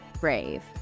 brave